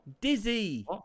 Dizzy